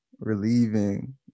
relieving